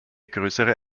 größere